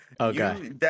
Okay